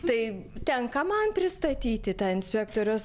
tai tenka man pristatyti tą inspektoriaus